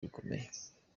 bikomeye